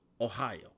Ohio